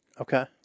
Okay